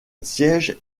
siège